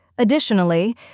Additionally